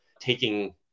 taking